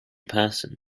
person